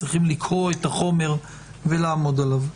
צריכים לקרוא את החומר ולעמוד עליו.